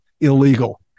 illegal